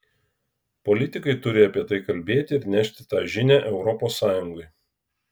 politikai turi apie tai kalbėti ir nešti tą žinią europos sąjungai